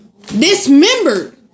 dismembered